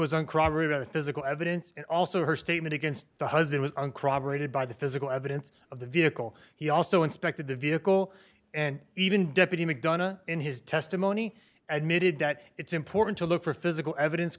was uncorroborated the physical evidence and also her statement against the husband was on cross rated by the physical evidence of the vehicle he also inspected the vehicle and even deputy mcdonough in his testimony admitted that it's important to look for physical evidence